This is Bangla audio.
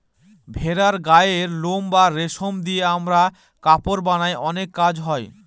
ভেড়ার গায়ের লোম বা রেশম দিয়ে আমরা কাপড় বানায় অনেক কাজ হয়